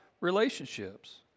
relationships